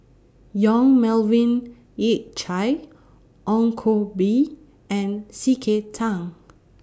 Yong Melvin Yik Chye Ong Koh Bee and C K Tang